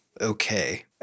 okay